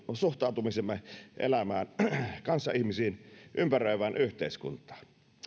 suhtautumisemme elämään kanssaihmisiin ympäröivään yhteiskuntaan